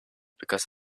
because